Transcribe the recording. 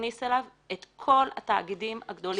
מכניס אליו את כל התאגידים הגדולים הישראלים.